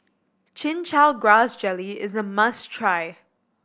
Chin Chow Grass Jelly is a must try